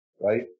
right